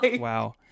wow